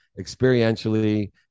experientially